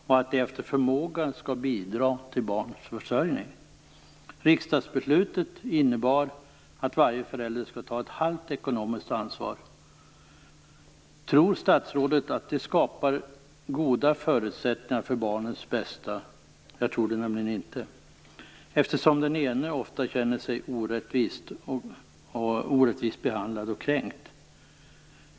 De skall efter förmåga bidra till barnens försörjning. Riksdagsbeslutet innebar att varje förälder skall ta ett halvt ekonomiskt ansvar. Tror statsrådet att det skapar goda förutsättningar för barnets bästa? Jag tror det nämligen inte. Den ene känner sig ofta orättvist behandlad och kränkt.